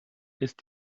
ist